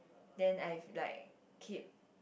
then I've like keep